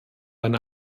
eine